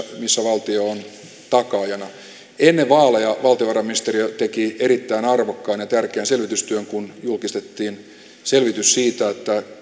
missä valtio on takaajana ennen vaaleja valtiovarainministeriö teki erittäin arvokkaan ja tärkeän selvitystyön kun julkistettiin selvitys siitä